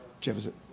Jefferson